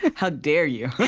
how dare you?